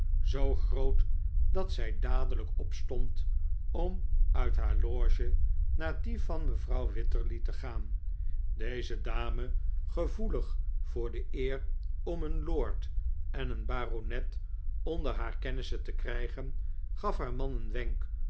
zoo groot dat zij dadelijk opstond om uit haar loge naar die van mevrouw wititterly te gaan deze dame gevoelig voor de eer om een lord en een baronet onder haar kennissen te krijgen gaf haar man een